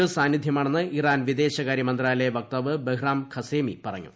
S സാന്നിധ്യമാണെന്ന് Iran വിദേശകാര്യ മന്ത്രാലയ വക്താവ് ബഹ് രാം ഘസേമി പറഞ്ഞു